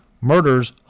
murders